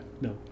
No